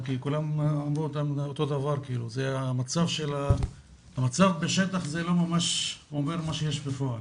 כי כולם דיברו על אותו הדבר המצב שמתואר לא ממחיש את המצב שיש בפועל.